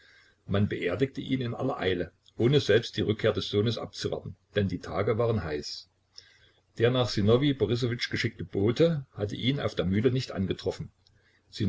man beerdigte ihn in aller eile ohne selbst die rückkehr des sohnes abzuwarten denn die tage waren heiß der nach sinowij borissowitsch geschickte bote hatte ihn auf der mühle nicht angetroffen